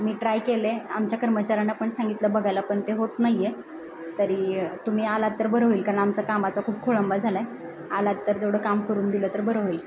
मी try केलं आहे आमच्या कर्मचऱ्यांना पण सांगितलं बघायला पण ते होत नाही आहे तरी तुम्ही आलात तर बरं होईल कारण आमचं कामाचा खूप खोळंबा झाला आहे आलात तर तेवढं काम करून दिलं तर बरं होईल